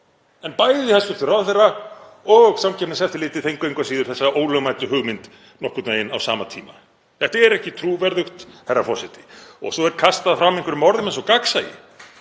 En bæði hæstv. ráðherra og Samkeppniseftirlitið fengu engu að síður þessa ólögmætu hugmynd nokkurn veginn á sama tíma. Þetta er ekki trúverðugt, herra forseti. Svo er kastað fram einhverjum orðum eins og gagnsæi.